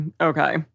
okay